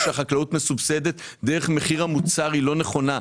שהחקלאות מסובסדת דרך מחיר המוצר היא לא נכונה.